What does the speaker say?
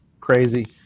Crazy